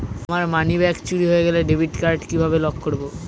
আমার মানিব্যাগ চুরি হয়ে গেলে ডেবিট কার্ড কিভাবে লক করব?